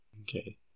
Okay